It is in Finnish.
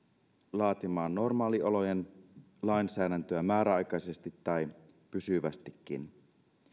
laatimaan normaaliolojen lainsäädäntöä määräaikaisesti tai pysyvästikin